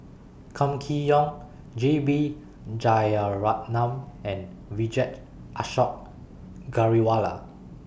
Kam Kee Yong J B Jeyaretnam and Vijesh Ashok Ghariwala